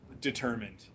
determined